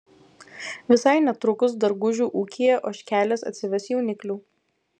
visai netrukus dargužių ūkyje ožkelės atsives jauniklių